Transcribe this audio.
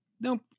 Nope